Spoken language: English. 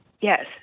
Yes